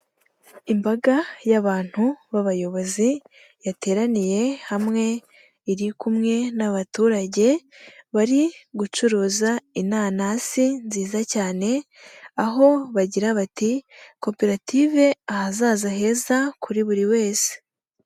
Imbaga y'abantu b'abayobozi yateraniye hamwe, iri kumwe n'abaturage bari gucuruza inanasi nziza cyane, aho bagira bati koperative ahazaza heza kuri buri wese.